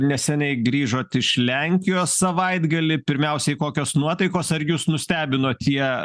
neseniai grįžot iš lenkijos savaitgalį pirmiausiai kokios nuotaikos ar jus nustebino tie